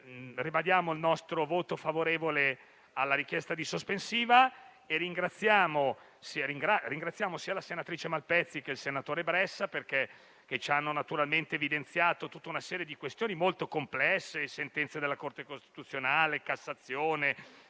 ribadiamo il nostro voto favorevole sulla questione sospensiva e ringraziamo sia la senatrice Malpezzi che il senatore Bressa perché ci hanno evidenziato tutta una serie di questioni molto complesse, sentenze della Corte costituzionale, della Corte